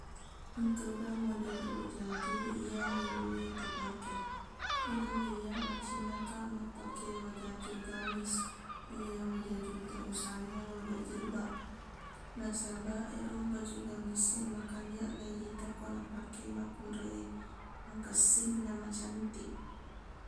Engkaga modeleq wajaju iya meloq e tapake ero iyaq macinnakaq mappake wajaju gamis iya wajaju terusangnge lollong jilbab nasabaq ero baju gamis e makanjaq leiita ko napake makkunrai e makessing na macantik